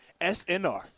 SNR